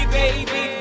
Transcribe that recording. baby